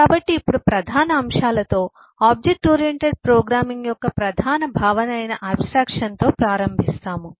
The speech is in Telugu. కాబట్టి ఇప్పుడు ప్రధాన అంశాలతో ఆబ్జెక్ట్ ఓరియెంటెడ్ ప్రోగ్రామింగ్ యొక్క ప్రధాన భావన అయిన ఆబ్స్ట్రాక్షన్ తో ప్రారంభిస్తాము